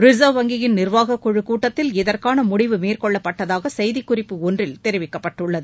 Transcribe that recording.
reserve வங்கியின் நிர்வாகக்குழக் கூட்டத்தில் இதற்கானமுடிவு மேற்கொள்ளப்பட்டதாகசெய்திக்குறிப்பு ஒன்றில் தெரிவிக்கப்பட்டுள்ளது